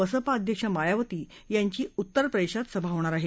बसपा अध्यक्ष मायावती यांची उत्तरप्रदेशात सभा होईल